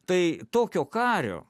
tai tokio kario